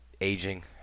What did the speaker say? aging